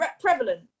prevalent